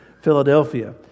Philadelphia